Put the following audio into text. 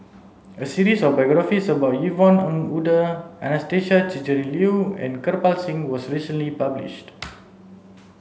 a series of biographies about Yvonne Ng Uhde Anastasia Tjendri Liew and Kirpal Singh was recently published